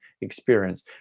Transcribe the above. experience